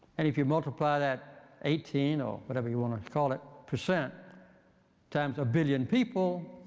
and if you multiply that eighteen or whatever you want to call it percent times a billion people,